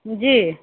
जी